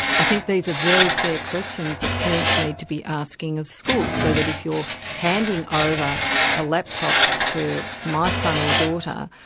i think these are very fair questions that parents need to be asking of schools, so that if you're handing over a laptop to my son or daughter,